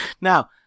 Now